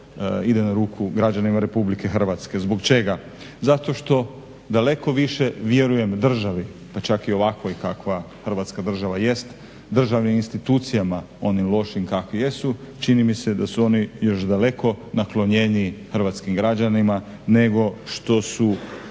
Hrvatska država jest,